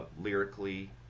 lyrically